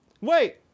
Wait